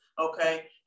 okay